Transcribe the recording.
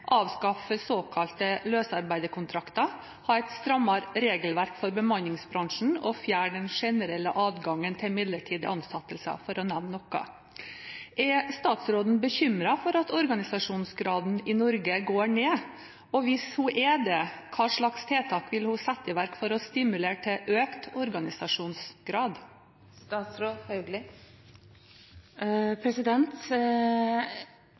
avskaffe såkalte løsarbeiderkontrakter, ha et strammere regelverk for bemanningsbransjen og fjerne den generelle adgangen til midlertidige ansettelser, for å nevne noe. Er statsråden bekymret for at organisasjonsgraden i Norge går ned? Og hvis hun er det, hvilke tiltak vil hun sette i verk for å stimulere til økt organisasjonsgrad?